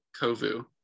Kovu